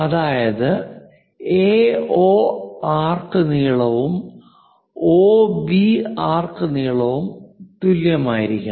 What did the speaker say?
അതായത് AO arc നീളവും OB arc നീളവും തുല്യമായിരിക്കണം